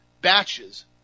batches